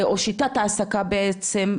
או שיטת העסקה בעצם,